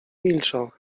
milczał